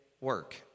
work